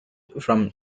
from